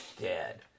dead